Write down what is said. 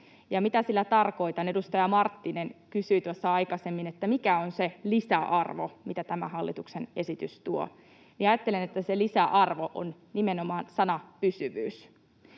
Ja mitä sillä tarkoitan? Edustaja Marttinen kysyi tuossa aikaisemmin, että mikä on se lisäarvo, mitä tämä hallituksen esitys tuo. Minä ajattelen, että se lisäarvo on nimenomaan sana ”pysyvyys”.